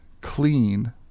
clean